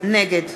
נגד